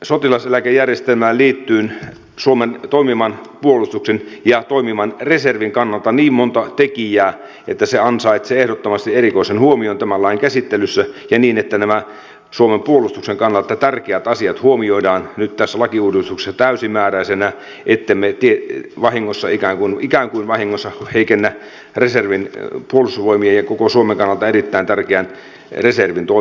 sotilaseläkejärjestelmään liittyy suomen toimivan puolustuksen ja toimivan reservin kannalta niin monta tekijää että se ansaitsee ehdottomasti erikoisen huomion tämän lain käsittelyssä ja niin että nämä suomen puolustuksen kannalta tärkeät asiat huomioidaan nyt tässä lakiuudistuksessa täysimääräisinä ettemme ikään kuin vahingossa heikennä puolustusvoimien ja koko suomen kannalta erittäin tärkeän reservin toimivuutta